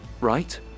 right